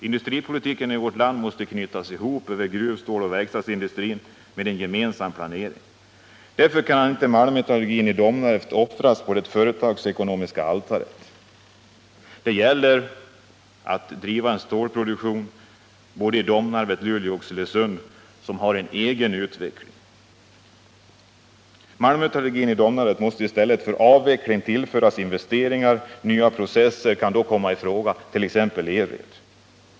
Industripolitiken i vårt land måste knyta ihop gruv-, ståloch verkstadsindustri med en gemensam planering. Därför kan inte malmmetallurgin i Domnarvet offras på det företagsekonomiska altaret. Det gäller att driva en stålproduktion med ”egen utveckling” i såväl Domnarvet som Luleå och Oxelösund. Malmmetallurgin i Domnarvet måste, i stället för att avvecklas, tillföras investeringar, nya processer kan komma i fråga, t.ex. ELRED.